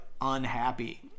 unhappy